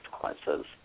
consequences